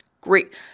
great